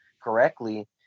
correctly